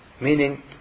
Meaning